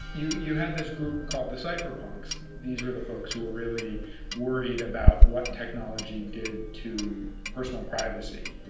you you had this group called the cypherpunks. these were the folks who were really worried about what technology did to personal privacy.